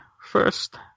first